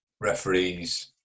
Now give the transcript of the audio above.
referees